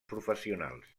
professionals